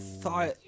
thought